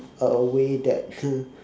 a way that